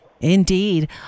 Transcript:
Indeed